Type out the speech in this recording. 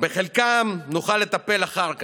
בחלקם נוכל לטפל אחר כך,